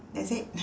that's it